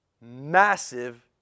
massive